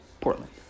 Portland